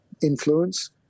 influence